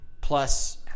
Plus